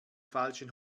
falschen